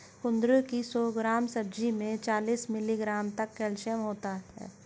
कुंदरू की सौ ग्राम सब्जी में चालीस मिलीग्राम तक कैल्शियम होता है